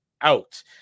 out